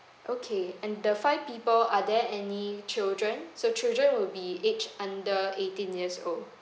okay and the five people are there any children so children will be aged under eighteen years old